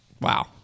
Wow